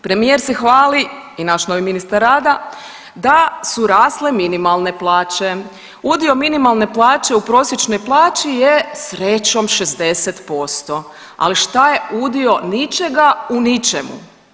Premijer se hvali i naš novi ministar rada da su rasle minimalne plaće, udio minimalne plaće u prosječnoj plaći je srećom 60%, ali šta je udio ničega u ničemu?